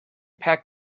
packed